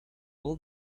all